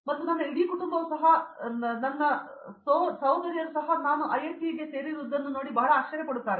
ಮತ್ತು ನನ್ನ ಇಡೀ ಕುಟುಂಬವೂ ಸಹ ಮತ್ತು ನನ್ನ ಅಂಚುಗಳ ಸಹೋದರಿಯರು ನಾನು ಐಐಟಿಗೆ ಸಿಲುಕಿರುವುದನ್ನು ಬಹಳ ಆಶ್ಚರ್ಯಪಡುತ್ತಾರೆ